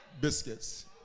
biscuits